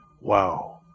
Wow